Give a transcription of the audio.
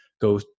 go